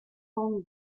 home